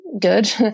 good